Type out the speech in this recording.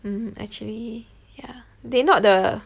mm actually ya they not the